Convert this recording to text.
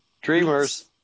Dreamers